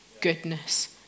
goodness